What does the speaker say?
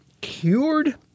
Cured